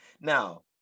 Now